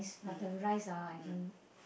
mm mm